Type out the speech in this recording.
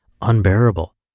unbearable